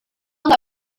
ondo